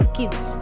kids